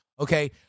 okay